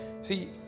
See